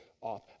off